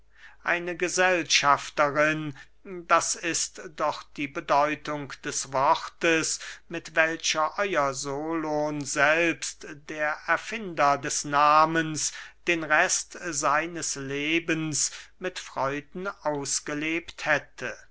eine gesellschafterin das ist doch die bedeutung des wortes mit welcher euer solon selbst der erfinder des nahmens den rest seines lebens mit freuden ausgelebt hätte